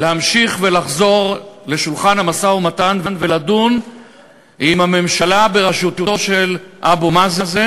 להמשיך ולחזור לשולחן המשא-ומתן ולדון עם הממשלה בראשותו של אבו מאזן,